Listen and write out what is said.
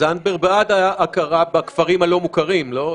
זנדברג בעד ההכרה בכפרים הלא מוכרים, לא?